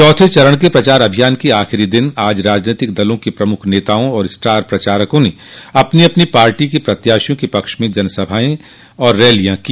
चौथे चरण के प्रचार अभियान के आखिरी दिन आज राजनीतिक दलों के प्रमुख नेताओं और स्टार प्रचारकों ने अपनी अपनी पार्टी के प्रत्याशियों के पक्ष में जनसभाएं और रैलियां की